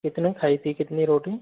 कितनी खाई थी कितनी रोटी